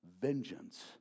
vengeance